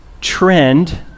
trend